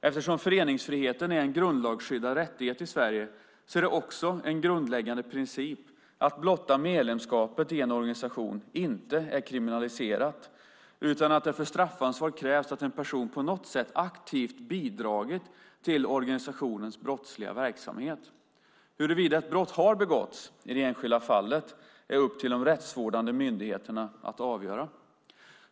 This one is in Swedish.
Eftersom föreningsfriheten är en grundlagsskyddad rättighet i Sverige är det också en grundläggande princip att blotta medlemskapet i en organisation inte är kriminaliserat utan att det för straffansvar krävs att en person på något sätt aktivt har bidragit till organisationens brottsliga verksamhet. Huruvida ett brott har begåtts i det enskilda fallet är upp till de rättsvårdande myndigheterna att avgöra.